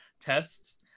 tests